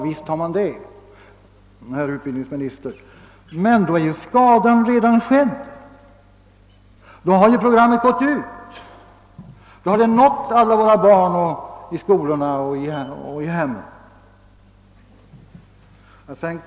Visst har man det, herr utbildningsminister, men då är skadan redan skedd. Då har ju programmet redan gått ut och nått alla våra barn i skolorna och i hemmen.